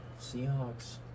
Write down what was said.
Seahawks